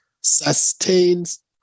sustains